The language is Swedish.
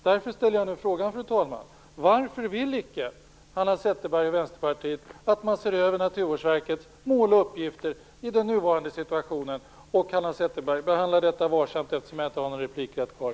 Därför ställer jag nu en fråga, fru talman: Varför vill icke Hanna Zetterberg och Vänsterpartiet att man ser över Naturvårdsverkets mål och uppgifter i den nuvarande situationen? Behandla detta varsamt, Hanna Zetterberg, eftersom jag inte har någon replikrätt kvar.